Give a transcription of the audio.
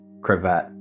cravat